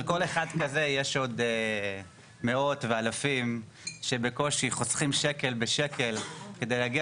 על עוד אחד כזה יש עוד מאות ואלפים שבקושי חוסכים שקל לשקל כדי להגיע